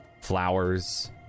flowers